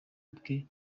bwe